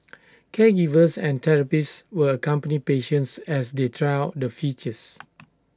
caregivers and therapists will accompany patients as they try out the features